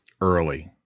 early